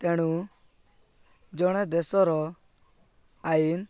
ତେଣୁ ଜଣେ ଦେଶର ଆଇନ